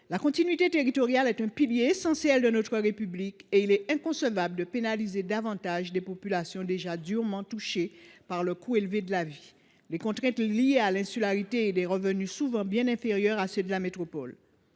La continuité territoriale est un pilier essentiel de notre République, et il est inconcevable de pénaliser davantage des populations déjà durement touchées par le coût élevé de la vie, les contraintes liées à l’insularité et des revenus souvent bien inférieurs à ceux de la métropole.